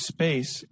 Space